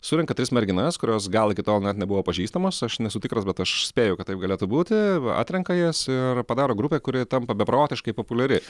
surenka tris merginas kurios gal iki tol net buvo pažįstamos aš nesu tikras bet aš spėju kad taip galėtų būti atrenka jas ir padaro grupę kuri tampa beprotiškai populiari